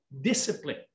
discipline